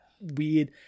weird